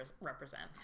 represents